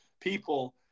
people